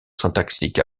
syntaxique